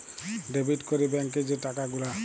debit ক্যরে ব্যাংকে যে টাকা গুলা